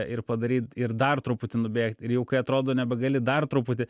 ir padaryt ir dar truputį nubėgt ir jau kai atrodo nebegali dar truputį